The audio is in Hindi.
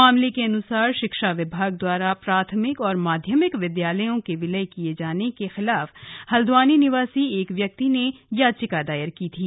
मामले के अन्सार शिक्षा विभाग द्वारा प्राथमिक और माध्यमिक विद्यालयों के विलय किए जाने के खिलाफ हल्द्वानी निवासी एक व्यक्ति ने याचिका दायर की थी